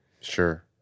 sure